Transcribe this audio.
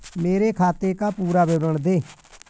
मेरे खाते का पुरा विवरण दे?